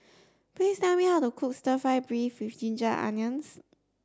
please tell me how to cook stir fry beef with ginger onions